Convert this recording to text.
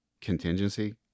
contingency